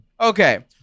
Okay